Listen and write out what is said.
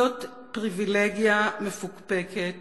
זאת פריווילגיה מפוקפקת